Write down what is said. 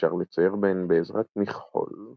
שאפשר לצייר בהן בעזרת מכחול,